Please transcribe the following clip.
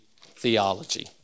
theology